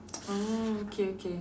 oh okay okay